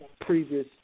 previous